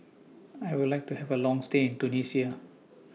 I Would like to Have A Long stay in Tunisia